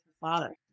father